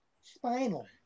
spinal